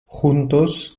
juntos